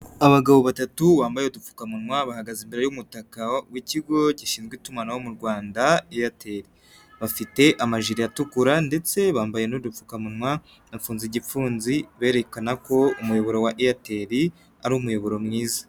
Abagabo batatu bambaye udupfukamunwa bahagaze imbere y'umutaka w'ikigo gishinzwe itumanaho mu Rwanda eyateli, bafite amajiri atukura ndetse bambaye n'udupfukamunwa, bafunze igipfunsi berekana ko umuyoboro wa eyateli, ari umuyoboro mwiza.